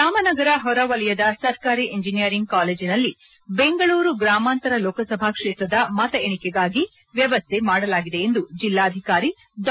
ರಾಮನಗರ ಹೊರ ವಲಯದ ಸರ್ಕಾರಿ ಎಂಜಿನಿಯರಿಂಗ್ ಕಾಲೇಜಿನಲ್ಲಿ ಬೆಂಗಳೂರು ಗ್ರಾಮಾಂತರ ಲೋಕಸಭಾ ಕ್ಷೇತ್ರದ ಮತ ಎಣಿಕೆಗಾಗಿ ವ್ಯವಸ್ಥೆ ಮಾಡಲಾಗಿದೆ ಎಂದು ಜಿಲ್ಲಾಧಿಕಾರಿ ಡಾ